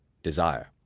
desire